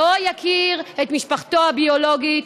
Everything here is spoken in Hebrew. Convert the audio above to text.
לא יכיר את משפחתו הביולוגית,